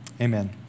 Amen